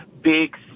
big